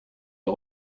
des